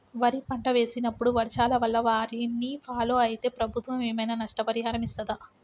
వరి పంట వేసినప్పుడు వర్షాల వల్ల వారిని ఫాలో అయితే ప్రభుత్వం ఏమైనా నష్టపరిహారం ఇస్తదా?